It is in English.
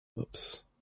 oops